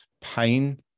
pain